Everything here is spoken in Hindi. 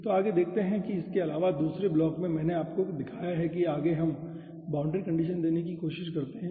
तो आगे देखते हैं कि इसके अलावा दूसरे ब्लॉक में मैंने आपको दिखाया है कि आगे हमें बाउंड्री कंडीशंस देने की जरूरत है